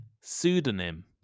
Pseudonym